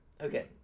okay